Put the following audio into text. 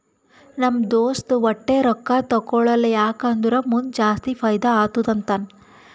ನಮ್ ದೋಸ್ತ ವಟ್ಟೆ ರೊಕ್ಕಾ ತೇಕೊಳಲ್ಲ ಯಾಕ್ ಅಂದುರ್ ಮುಂದ್ ಜಾಸ್ತಿ ಫೈದಾ ಆತ್ತುದ ಅಂತಾನ್